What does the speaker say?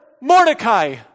Mordecai